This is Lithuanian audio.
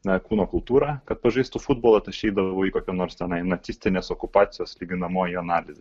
na kūno kultūrą kad pažaistų futbolą tai aš eidavau į kokią nors tenai nacistinės okupacijos lyginamoji analizė